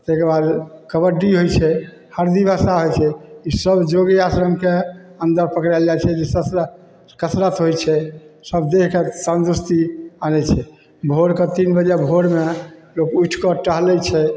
ताहिके बाद कबड्डी होइ छै हरदीवासा होइ छै ईसब योगेआसनेके अन्दर पकड़ाएल जाइ छै जे कसरत होइ छै सब देहके सब तन्दुरुस्ती आनै छै भोरके तीन बजे भोरमे लोक उठिकऽ टहलै छै